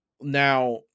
Now